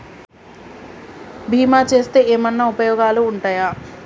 బీమా చేస్తే ఏమన్నా ఉపయోగాలు ఉంటయా?